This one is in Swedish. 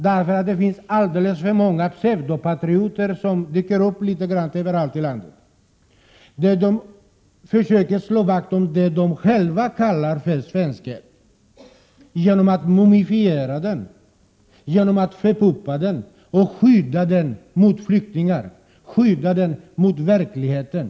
Det finns alldeles för många pseudopatrioter som dyker upp litet överallt i landet och försöker slå vakt om det de själva kallar svenskhet genom att mumifiera och förpuppa den och genom att skydda den mot flyktingar, skydda den mot verkligheten.